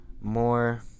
more